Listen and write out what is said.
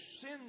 sin